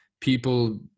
people